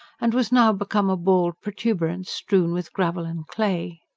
and was now become a bald protuberance strewn with gravel and clay.